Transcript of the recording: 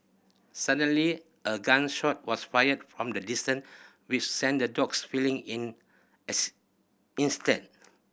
suddenly a gun shot was fired from the distance which sent the dogs fleeing in as instead